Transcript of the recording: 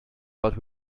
but